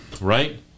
Right